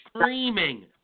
screaming